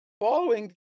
following